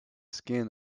skin